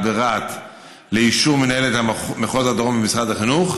ברהט לאישור מנהלת מחוז הדרום במשרד החינוך,